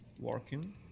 working